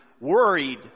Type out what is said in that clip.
worried